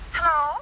Hello